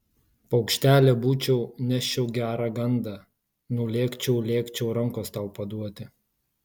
paukštelė būčiau neščiau gerą gandą nulėkčiau lėkčiau rankos tau paduoti